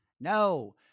No